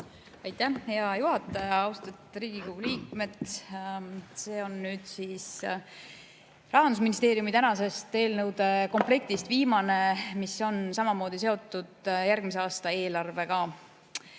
Aitäh, hea juhataja! Austatud Riigikogu liikmed! See on nüüd Rahandusministeeriumi tänasest eelnõude komplektist viimane, mis on samamoodi seotud järgmise aasta eelarvega.